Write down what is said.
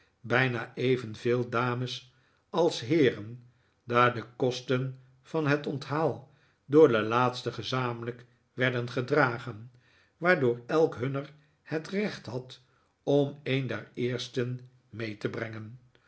bijna evenveel dames als heeren daar de kosten van het onthaal door de laatsten gezamenlijk werden gedragen waardoor elk hunner het rechjt had om een der eersten mee te brengen